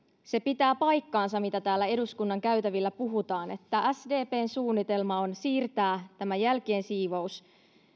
pitää paikkansa se mitä täällä eduskunnan käytävillä puhutaan että sdpn suunnitelma on siirtää tämä jälkien siivous